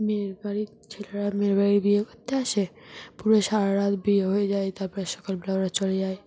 মেয়ের বাড়ির ছেলেরা মেয়ের বাড়ি বিয়ে করতে আসে পুরো সারা রাত বিয়ে হয়ে যায় তারপর সকালবেলা ওরা চলে যায়